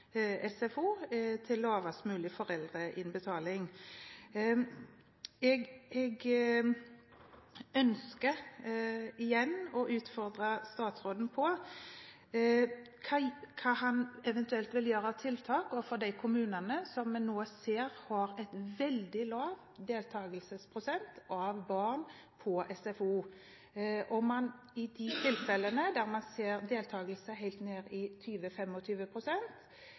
SFO til lavest mulig foreldrebetaling. Jeg ønsker igjen å utfordre statsråden når det gjelder hvilke tiltak han eventuelt vil gjøre overfor de kommunene som en ser har en veldig lav deltakelsesprosent av barn i SFO. Vil man i disse tilfellene, der man ser deltakelse helt ned i